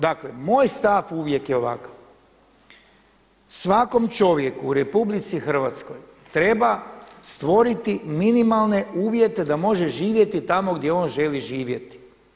Dakle moj stav uvijek je ovakav, svakom čovjeku u RH treba stvoriti minimalne uvjete da može živjeti tamo gdje on želi živjeti.